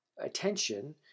attention